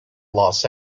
los